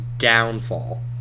Downfall